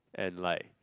and like